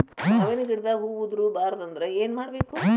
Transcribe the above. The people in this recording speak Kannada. ಮಾವಿನ ಗಿಡದಾಗ ಹೂವು ಉದುರು ಬಾರದಂದ್ರ ಏನು ಮಾಡಬೇಕು?